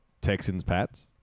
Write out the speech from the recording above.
Texans-Pats